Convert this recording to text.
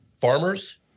farmers